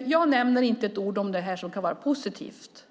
Jag nämner inte ett ord om det som kan vara positivt.